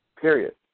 period